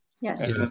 Yes